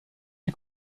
die